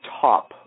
top